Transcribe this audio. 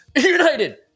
United